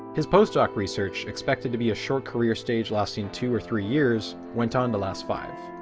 his postdoc research, expected to be a short career stage lasting two or three years, went on the last five.